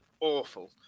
awful